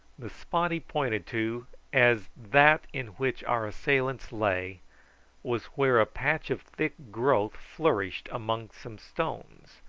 the spot he pointed to as that in which our assailants lay was where a patch of thick growth flourished among some stones,